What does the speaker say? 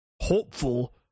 hopeful